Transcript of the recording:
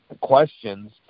questions